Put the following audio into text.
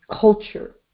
culture